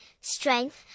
strength